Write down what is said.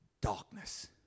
darkness